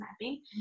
mapping